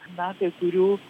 na kai kurių